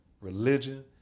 religion